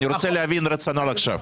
אני רוצה להבין את הרציונל עכשיו.